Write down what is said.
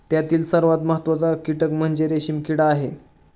त्यातील सर्वात महत्त्वाचा कीटक म्हणजे रेशीम किडा